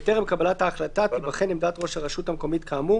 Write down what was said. בטרם קבלת ההחלטה תיבחן עמדת ראש הרשות המקומית כאמור,